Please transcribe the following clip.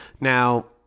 Now